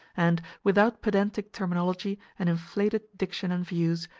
and, without pedantic terminology and inflated diction and views,